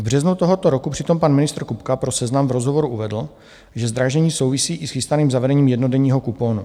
V březnu tohoto roku přitom pan ministr Kupka pro Seznam v rozhovoru uvedl, že zdražení souvisí i s chystaným zavedením jednodenního kuponu.